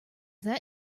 that